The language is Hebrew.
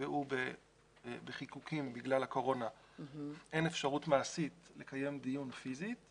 שנקבעו בחיקוקים בגלל הקורונה אין אפשרות מעשית לקיים דיון פיזי,